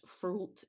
Fruit